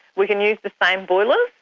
we can use the same boilers,